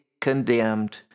condemned